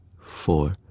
four